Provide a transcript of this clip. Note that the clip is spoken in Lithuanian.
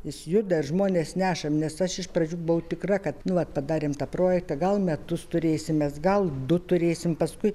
jis juda ir žmonės neša nes aš iš pradžių buvau tikra kad nu vat padarėm tą projektą gal metus turėsim mes gal du turėsim paskui